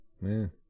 Man